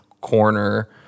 corner